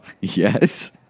yes